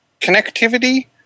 connectivity